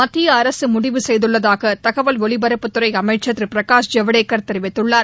மத்திய அரசு முடிவு செய்துள்ளதாக தகவல் ஒலிபரப்புத்துறை அமைச்சள் திரு பிரகாஷ் ஐவடேக்கர் தெரிவித்துள்ளார்